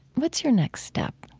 what's your next step?